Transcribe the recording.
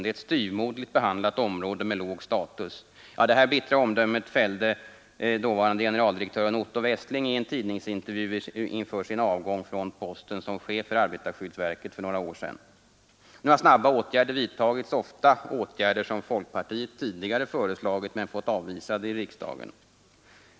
Det är ett styvmoderligt behandlat område med låg status.” — Detta bittra omdöme fällde dåvarande generaldirektör Otto Westling i en tidningsintervju inför sin avgång från posten som chef för arbetarskyddsverket för några år sedan. Nu har snabba åtgärder vidtagits, ofta åtgärder som folkpartiet tidigare har föreslagit men fått avvisade i riksdagen.